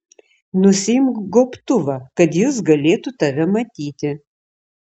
nusiimk gobtuvą kad jis galėtų tave matyti